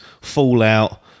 Fallout